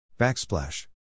Backsplash